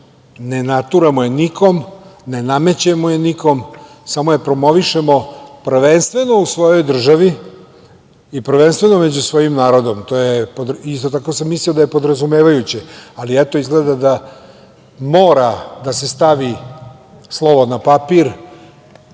ne naturamo je nikom, ne namećemo je nikom, samo je promovišemo, prvenstveno u svojoj državi i prvenstveno među svojim narodom. Isto tako sam mislio da je to podrazumevajuće. Ali, eto, izgleda da mora da se stavi slovo na papir